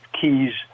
keys